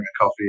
coffee